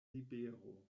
libero